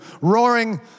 roaring